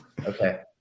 Okay